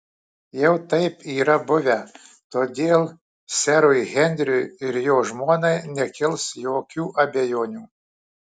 jau taip yra buvę todėl serui henriui ir jo žmonai nekils jokių abejonių